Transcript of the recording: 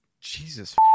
Jesus